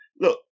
look